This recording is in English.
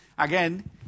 Again